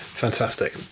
fantastic